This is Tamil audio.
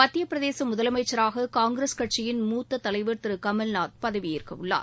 மத்திய பிரதேச முதலனமச்சராக காங்கிரஸ் கட்சியின் மூத்த தலைவர் திரு கமல்நாத் பதவியேற்கவுள்ளார்